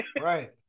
Right